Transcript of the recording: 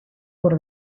por